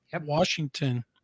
Washington